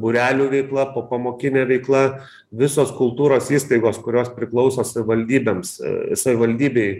būrelių veikla popamokinė veikla visos kultūros įstaigos kurios priklauso savivaldybėms savivaldybei